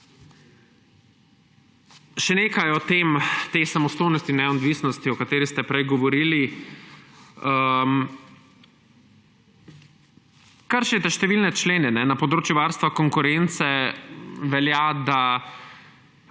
Še nekaj o tej samostojnosti in neodvisnosti, o kateri ste prej govorili. Kršite številne člene. Na področju varstva konkurence velja, da